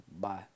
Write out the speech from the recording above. bye